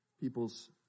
people's